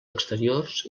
exteriors